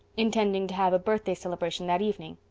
intending to have a birthday celebration that evening.